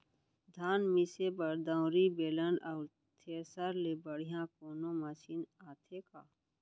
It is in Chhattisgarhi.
धान मिसे बर दंवरि, बेलन अऊ थ्रेसर ले बढ़िया कोनो मशीन आथे का?